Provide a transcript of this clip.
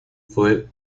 fue